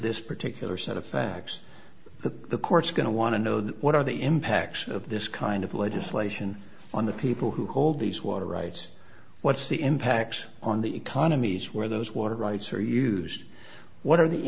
this particular set of facts but the court's going to want to know that what are the impacts of this kind of legislation on the people who hold these water rights what's the impacts on the economies where those water rights are used what are the